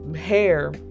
hair